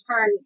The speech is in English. turn